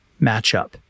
matchup